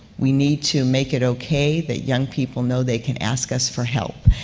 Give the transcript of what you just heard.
we need to make it okay that young people know they can ask us for help.